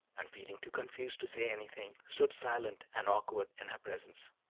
and, feeling too confused to say anything, stood silent and awkward in her presence.